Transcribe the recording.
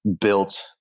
built